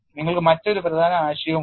നിങ്ങൾക്ക് മറ്റൊരു പ്രധാന ആശയവും ഉണ്ട്